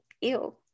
Ew